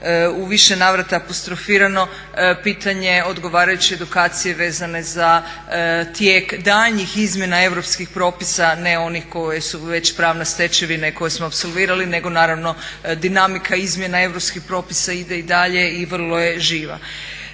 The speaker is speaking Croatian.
u više navrata apostrofirano, pitanje odgovarajuće edukacije vezane za tijek daljnjih izmjena europskih propisa, ne onih koji su već pravna stečevina i koje smo apsolvirali nego naravno dinamika izmjena europskih propisa ide i dalje i vrlo je živa.